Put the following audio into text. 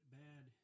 bad